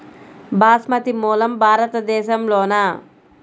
బాస్మతి మూలం భారతదేశంలోనా?